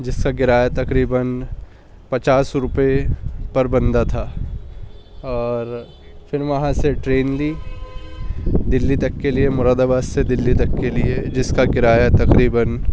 جس کا کرایہ تقریباً پچاس روپے پر بندہ تھا اور پھر وہاں سے ٹرین لی دلی تک کے لیے مراد آباد سے دلی تک کے لیے جس کا کرایہ تقریباً